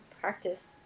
practice